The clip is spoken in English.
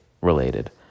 related